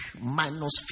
minus